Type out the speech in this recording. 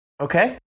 Okay